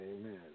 amen